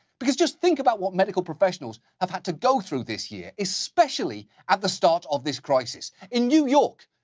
because just think about what medical professionals have had to go through this year, especially at the start of this crisis. in new york,